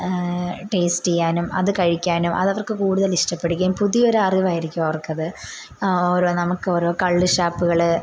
taste ചെയ്യാനും അത് കഴിക്കാനും അതവർക്ക് കൂടുതൽ ഇഷ്ടപ്പെടുകയും പുതിയൊരു അറിവായിരിക്കും അവർക്കത് ഓരോ നമുക്കോരോ കള്ള് ഷാപ്പ്കൾ